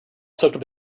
soaked